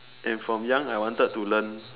and from young I wanted to learn